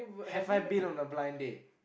have I been on a blind date